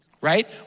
right